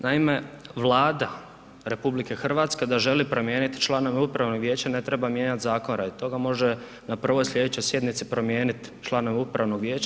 Naime, Vlada RH da želi promijeniti članove upravnog vijeća ne treba mijenjati zakon radi toga, može na prvoj slijedećoj sjednici promijenit članove upravnog vijeća.